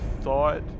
thought